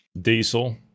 Diesel